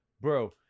Bro